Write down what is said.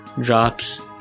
drops